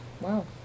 wow